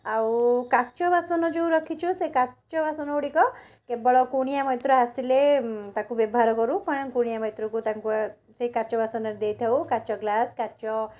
ଆଉ କାଚ ବାସନ ଯେଉଁ ରଖିଛୁ ସେଇ କାଚ ବାସନ ଗୁଡ଼ିକ କେବଳ କୁଣିଆ ମଇତ୍ର ଆସିଲେ ତାକୁ ବ୍ୟବହାର କରୁ କ'ଣ କୁଣିଆ ମଇତ୍ରଙ୍କୁ ତାଙ୍କୁ ସେଇ କାଚ ବାସନରେ ଦେଇଥାଉ କାଚ ଗ୍ଳାସ୍ କାଚ